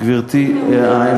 לא,